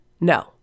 No